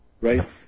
right